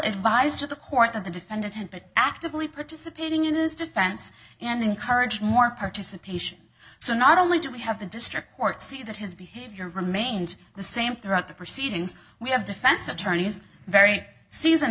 advised to the court that the defendant had been actively participating in his defense and encouraged more participation so not only do we have the district court to see that his behavior remained the same throughout the proceedings we have defense attorneys very season